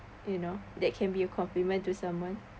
you know that can be a compliment to someone